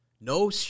No